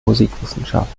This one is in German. musikwissenschaft